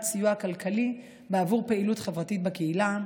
סיוע כלכלי בעבור פעילות חברתית בקהילה.